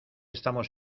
estamos